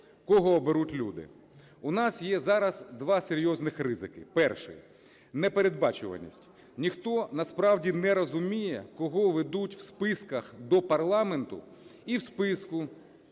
кого оберуть люди. У нас є зараз два серйозних ризики. Перший – непередбачуваність. Ніхто насправді не розуміє, кого ведуть в списках до парламенту і в списку,